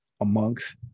amongst